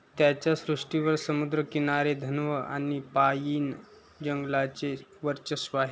त्याच्या सृष्टीवर समुद्रकिनारे धन्व आणि पाईन जंगलाचे वर्चस्व आहे